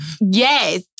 yes